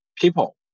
people